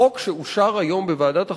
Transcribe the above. החוק שאושר היום בוועדת החוקה,